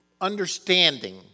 understanding